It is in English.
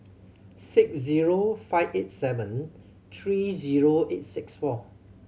six zero five eight seven three zero eight six four